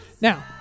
Now